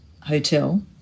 Hotel